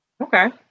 Okay